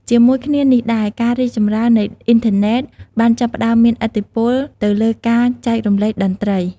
ជាមួយគ្នានេះដែរ ការរីកចម្រើននៃ អ៊ីនធឺណេត បានចាប់ផ្ដើមមានឥទ្ធិពលទៅលើការចែករំលែកតន្ត្រី។